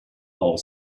whole